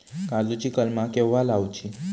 काजुची कलमा केव्हा लावची?